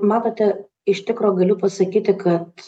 matote iš tikro galiu pasakyti kad